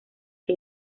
que